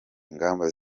ingamba